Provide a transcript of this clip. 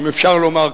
אם אפשר לומר כך.